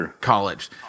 college